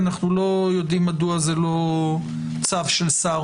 אנחנו לא יודעים מדוע זה לא צו של שר